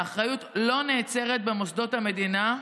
האחריות לא נעצרת במוסדות המדינה.